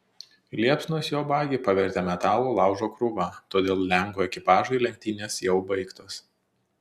liepsnos jo bagį pavertė metalo laužo krūva todėl lenkų ekipažui lenktynės jau baigtos